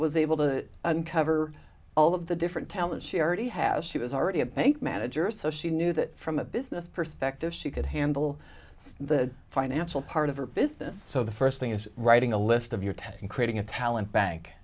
was able to uncover all of the different talents she already has she was already a bank manager so she knew that from a business perspective she could handle the financial part of her business so the first thing is writing a list of your tekken creating a talent bank